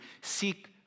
seek